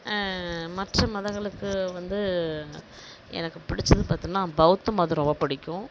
மற்ற மதங்களுக்கு வந்து எனக்கு பிடித்தது பார்த்தனா பௌத்த மதம் ரொம்ப பிடிக்கும்